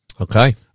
Okay